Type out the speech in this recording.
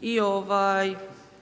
i